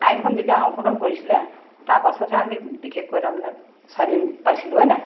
আইনখন যেতিয়া সংশোধন কৰিছিলে তাৰপাছতহে আমি বিশেষকৈ তাৰমানে স্বাধীন পাইছিলোঁ হয় নাই